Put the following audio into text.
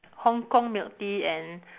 Hong-Kong milk tea and